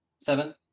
Seven